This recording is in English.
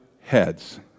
heads